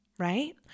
right